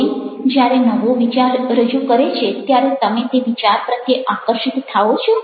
કોઈ જ્યારે નવો વિચાર રજૂ કરે છે ત્યારે તમે તે વિચાર પ્રત્યે આકર્ષિત થાઓ છો